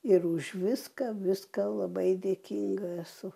ir už viską viską labai dėkinga esu